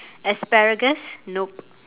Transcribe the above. asparagus nope